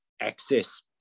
access